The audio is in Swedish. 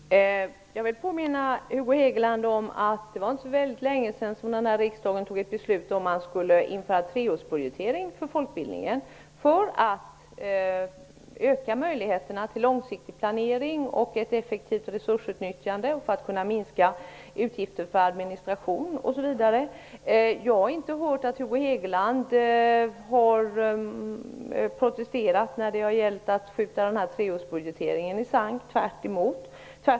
Herr talman! Jag vill påminna Hugo Hegeland om att det inte var så väldigt länge sedan som riksdagen fattade beslut om att man skulle införa treårsbudgetering för folkbildningen för att just öka möjligheterna till långsiktig planering, ett effektivt resursutnyttjande och för att kunna minska utgifter för administration, osv. Jag har inte hört att Hugo Hegeland har protesterat när det gällt att skjuta treårsbudgeteringen i sank, tvärtom.